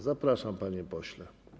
Zapraszam, panie pośle.